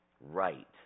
right